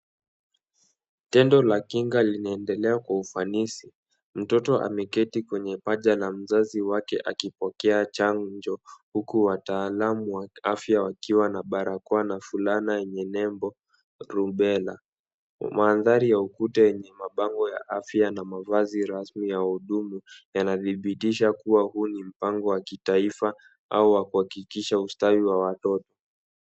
Tendo la kinga linaendelea kwa ufanisi. Mtoto ameketi kwenye paja la mzazi wake akipokea chanjo huku wataalam wa afya wakiwa na barakoa na fulana yenye nembo Rubella. Mandhari ya ukuta yenye mabango ya afya na mavazi rasmi ya wahudumu yanadhibitisha kuwa huu ni mpango wa kitaifa au wa kuhakikisha ustawi wa watoto.